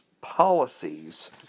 policies